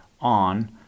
on